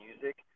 music